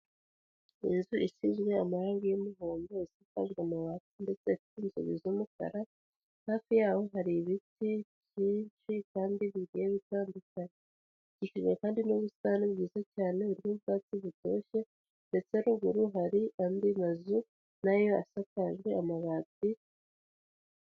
Inzu isizwe isizwe marange y'umuhondo isakajwe amabati ndetse afite inzugi z'umukara, hafi yaho hari ibiti byinshi kandi bigiye bitandukanye, ikikijwe kandi n'ubusitani bwiza cyane n'ubwatsi butoshye ndetse ruguru hari andi mazu nayo asakajwe amabati.